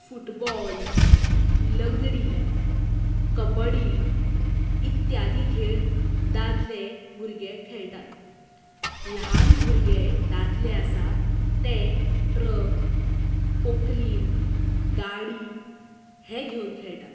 football लंगडी कबडी इत्यादी खेळ दादले भुरगे खेळटात ल्हान भुरगे दादले आसात ते ट्रक पोकलीन गाडी हे घेवन खेळटात